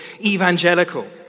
evangelical